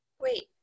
Wait